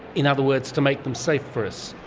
in other words, to make them safe for us.